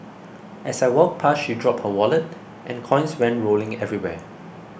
as I walked past she dropped her wallet and coins went rolling everywhere